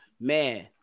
Man